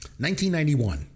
1991